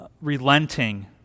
relenting